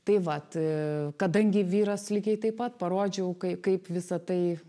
tai vat kadangi vyras lygiai taip pat parodžiau kai kaip visa tai